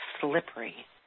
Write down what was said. slippery